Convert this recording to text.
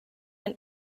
and